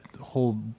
whole